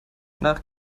nach